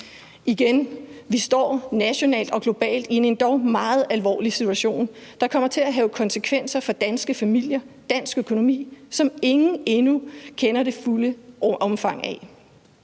Igen: Vi står nationalt og globalt i en endog meget alvorlig situation, der kommer til at have konsekvenser for danske familier, dansk økonomi, som ingen endnu kender det fulde omfang af.